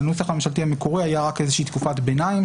בנוסח הממשלתי המקורי היה רק איזה שהיא תקופת ביניים,